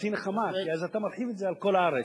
חצי נחמה, כי אז אתה מרחיב את זה על כל הארץ.